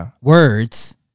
words